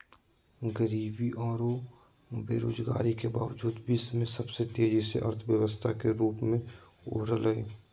गरीबी औरो बेरोजगारी के बावजूद विश्व में सबसे तेजी से अर्थव्यवस्था के रूप में उभरलय